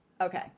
Okay